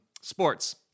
sports